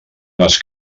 les